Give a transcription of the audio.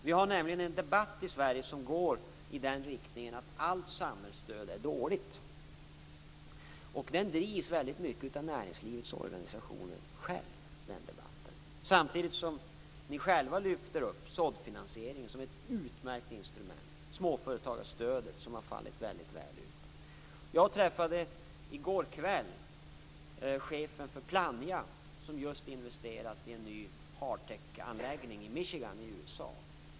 Vi har nämligen en debatt i Sverige som går i den riktningen att allt samhällsstöd är dåligt. Debatten drivs väldigt mycket av näringslivets organisationer. Samtidigt lyfter ni själva upp SOD-finansieringen som ett utmärkt instrument, dvs. småföretagarstödet som har fallit väldigt väl ut. Jag träffade i går kväll chefen för Plannja som just investerat i en ny Hard Tech-anläggning i Michigan i USA.